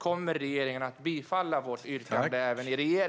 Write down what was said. Kommer regeringen att bifalla vårt yrkande även här?